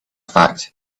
fact